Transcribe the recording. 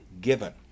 given